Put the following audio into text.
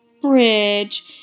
bridge